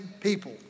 people